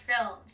films